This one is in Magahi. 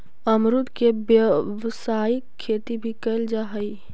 अमरुद के व्यावसायिक खेती भी कयल जा हई